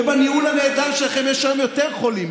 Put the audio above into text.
ובניהול הנהדר שלכם יש היום יותר חולים.